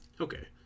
Okay